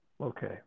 okay